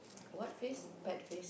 what face bad face